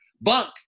Bunk